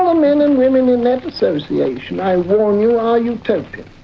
um men and women in that association, i warn you, are utopians,